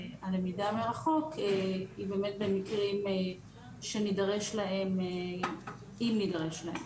היא באמת במקרים שנידרש להם אם נידרש להם.